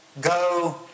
Go